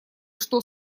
что